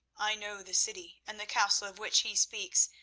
i know the city and the castle of which he speaks.